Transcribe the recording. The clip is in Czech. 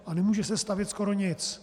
A nemůže se stavět skoro nic.